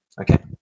Okay